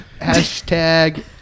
Hashtag